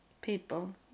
people